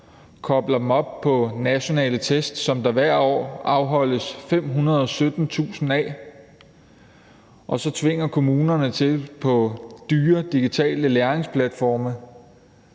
kobler dem op på nationale tests, som der hvert år afholdes 517.000 af, og så tvinge kommunerne til på dyre digitale læringsplatforme